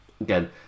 Again